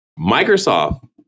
Microsoft